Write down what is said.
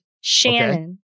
Shannon